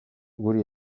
guri